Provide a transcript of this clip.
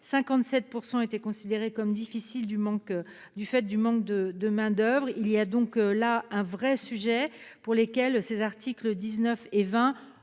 57 % étaient considérés comme « difficiles » du fait du manque de main-d'oeuvre. Il y a donc là un vrai sujet sur lequel les articles 19 et 20